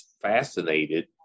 fascinated